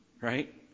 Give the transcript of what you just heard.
Right